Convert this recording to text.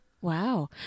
Wow